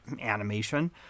animation